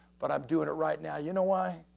but i'm doing it right now. you know why?